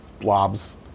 blobs